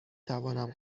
توانم